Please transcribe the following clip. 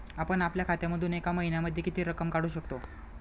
आपण आपल्या खात्यामधून एका महिन्यामधे किती रक्कम काढू शकतो?